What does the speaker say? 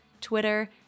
Twitter